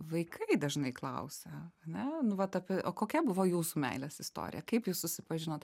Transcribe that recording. vaikai dažnai klausia ar ne nu vat apie o kokia buvo jūsų meilės istorija kaip jūs susipažinot